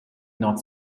not